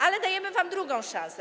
Ale dajemy wam drugą szansę.